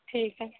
ठीक है